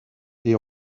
est